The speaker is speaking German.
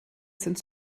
sind